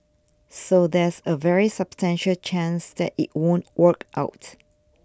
so there's a very substantial chance that it won't work out